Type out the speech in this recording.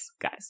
guys